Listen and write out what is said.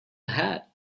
hat